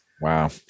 Wow